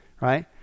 right